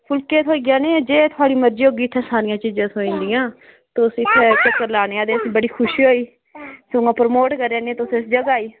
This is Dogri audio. फुलकै थ्होई जाने जे थुआढ़ी मरजी होग थ्होई जाने तुस चक्कर लाने बड़ी खुशी होई सगुआं तुस प्रमोट कराने इस जगह् ई